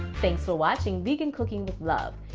thanks for watching vegan cooking with love!